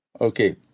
Okay